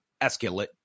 escalate